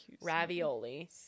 ravioli